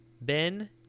Ben